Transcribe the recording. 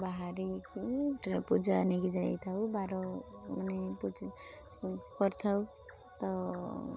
ବାହାରିକି ପୂଜା ନେଇକି ଯାଇଥାଉ ବାର ମାନେ କରିଥାଉ ତ